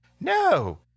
No